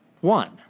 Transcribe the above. One